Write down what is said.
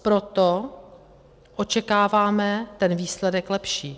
Proto očekáváme ten výsledek lepší.